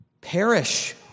perish